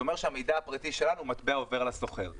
זה אומר שהמידע הפרטי שלנו הוא מטבע עובר לסוחר.